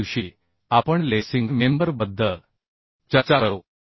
दुसऱ्या दिवशी आपण लेसिंग मेंबर बद्दल चर्चा करू